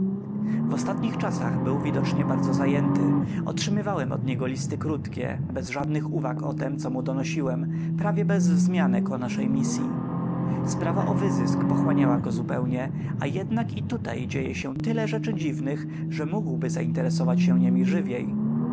w ostatnich czasach był widocznie bardzo zajęty otrzymywałem od niego listy krótkie bez żadnych uwag o tem co mu donosiłem prawie bez wzmianek o naszej misyi sprawa o wyzysk pochłania go zupełnie a jednak i tutaj dzieje się tyle rzeczy dziwnych że mógłby zainteresować się niemi żywiej